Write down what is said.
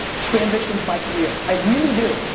transitions my career, i really do.